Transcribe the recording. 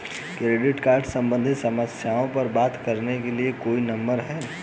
Credit card सम्बंधित समस्याओं पर बात करने के लिए कोई नंबर है?